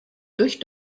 durch